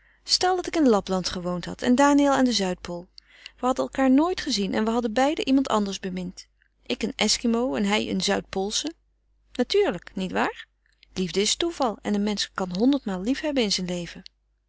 stel dat ik in lapland gewoond had en daniël aan de zuidpool we hadden elkaar nooit gezien en we hadden beiden iemand anders bemind ik een eskimo en hij een zuidpoolsche natuurlijk niet waar liefde is toeval en een mensch kan honderdmaal liefhebben in zijn leven